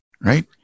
right